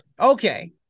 Okay